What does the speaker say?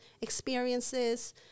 experiences